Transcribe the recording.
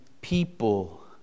people